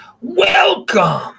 Welcome